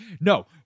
no